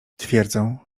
twierdzą